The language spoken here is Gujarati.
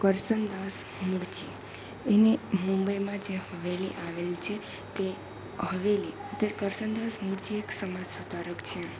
કરસનદાસ મુળજી એને મુંબઈમાં જે હવેલી આવેલી છે તે હવેલી કરસનદાસ મુળજી એક સમાજ સુધારક છે